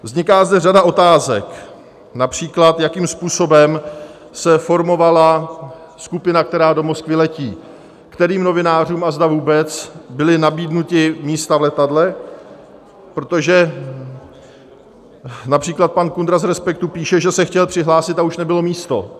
Vzniká zde řada otázek, například jakým způsobem se formovala skupina, která do Moskvy letí, kterým novinářům a zda vůbec byla nabídnuta místa v letadle, protože například pan Kundra z Respektu píše, že se chtěl přihlásit a už nebylo místo.